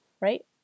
right